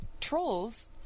trolls